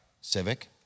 Civic